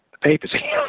papacy